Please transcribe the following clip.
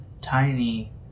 tiny